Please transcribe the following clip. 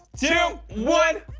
two, one